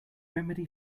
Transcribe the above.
remedy